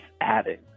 adding